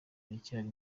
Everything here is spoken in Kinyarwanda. biracyari